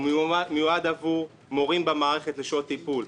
הוא מיועד עבור מורים במערכת לשעות טיפול.